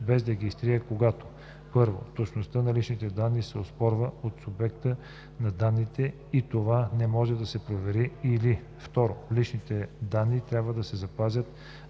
без да ги изтрие, когато: 1. точността на личните данни се оспорва от субекта на данните и това не може да се провери, или 2. личните данни трябва да се запазят